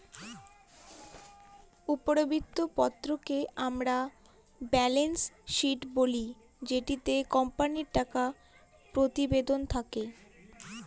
উদ্ধৃত্ত পত্রকে আমরা ব্যালেন্স শীট বলি যেটিতে কোম্পানির টাকা প্রতিবেদন থাকে